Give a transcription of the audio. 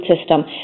system